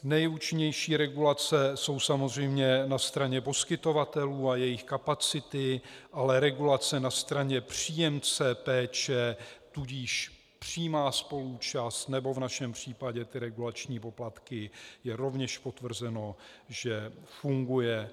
Nejúčinnější regulace jsou samozřejmě na straně poskytovatelů a jejich kapacity, ale regulace na straně příjemce péče, tudíž přímá spoluúčast, nebo v našem případě regulační poplatky, je rovněž potvrzeno, že funguje.